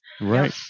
right